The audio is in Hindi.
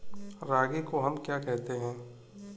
रागी को हम क्या कहते हैं?